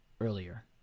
earlier